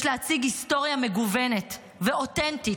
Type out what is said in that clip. יש להציג היסטוריה מגוונת ואותנטית,